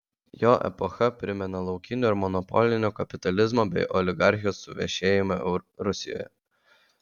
jo epocha primena laukinio ir monopolinio kapitalizmo bei oligarchijos suvešėjimą rusijoje